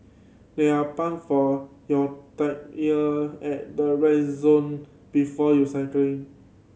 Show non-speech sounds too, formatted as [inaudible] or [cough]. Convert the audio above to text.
there are pump for your tyre at the [unintelligible] zone before you cycling